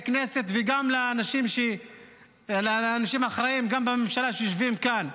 כנסת וגם לאנשים אחראיים בממשלה שיושבים כאן.